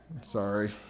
Sorry